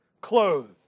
clothed